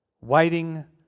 waiting